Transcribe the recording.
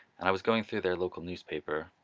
and i was going through their local newspaper,